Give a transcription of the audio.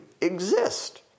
exist